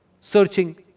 searching